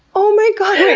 oh my god.